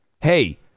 hey